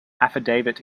affidavit